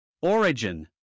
Origin